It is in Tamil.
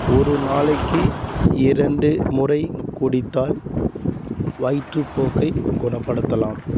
ஒரு நாளைக்கு இரண்டு முறை குடித்தால் வயிற்றுப்போக்கை குணப்படுத்தலாம்